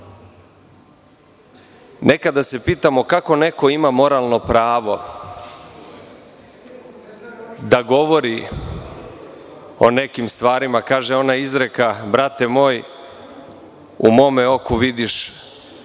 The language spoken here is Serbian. rad. Nekada se pitamo kako neko ima moralno pravo da govori o nekim stvarima. Kaže izreka – brate moj, u mom oku vidiš